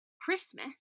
Christmas